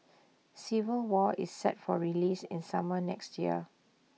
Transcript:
civil war is set for release in summer next year